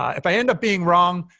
ah if i end up being wrong,